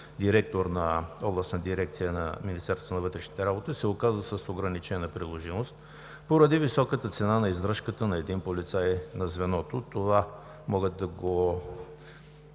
директор на Областна дирекция на Министерството на вътрешните работи се оказа с ограничена приложимост поради високата цена на издръжката на един полицай на звеното. Това могат да го